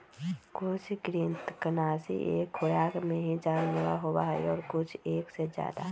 कुछ कृन्तकनाशी एक खुराक में ही जानलेवा होबा हई और कुछ एक से ज्यादा